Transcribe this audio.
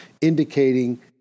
indicating